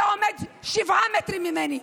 אתה עומד שבעה מטרים ממני.